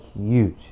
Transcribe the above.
huge